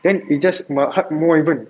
then you just my heart more even